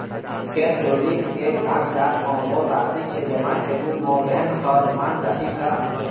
खेत डोली के कागजात म मोर राशि के जमा के रूप म बैंक हर मान जाही का?